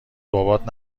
بابات